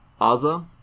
AZA